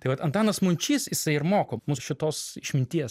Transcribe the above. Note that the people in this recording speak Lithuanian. tai vat antanas mončys jisai ir moko mus šitos išminties